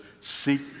seek